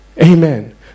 Amen